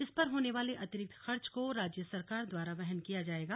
इस पर होने वाले अतिरिक्त खर्च को राज्य सरकार द्वारा वहन किया जाएगा